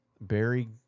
Barry